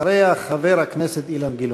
אחריה, חבר הכנסת אילן גילאון.